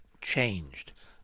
changed